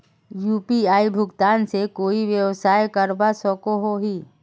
UPI भुगतान से कोई व्यवसाय करवा सकोहो ही?